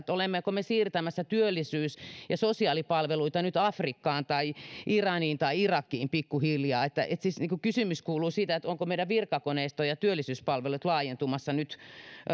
olemmeko me siirtämässä työllisyys ja sosiaalipalveluita nyt afrikkaan tai iraniin tai irakiin pikkuhiljaa siis kysymys kuuluu siitä ovatko meidän virkakoneistomme ja työllisyyspalvelumme laajentumassa nyt